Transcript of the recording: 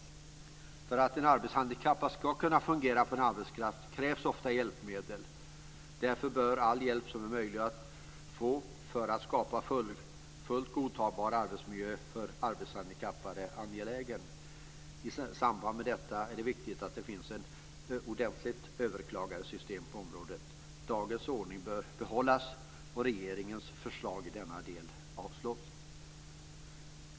För att en arbetshandikappad ska kunna fungera på en arbetsplats krävs ofta hjälpmedel. Därför är all hjälp som är möjlig att få för att skapa en fullt godtagbar arbetsmiljö för arbetshandikappade angelägen. I samband med detta är det viktigt att det finns ett ordentligt överklagandesystem på området. Dagens ordning bör behållas och regeringens förslag i denna del avslås.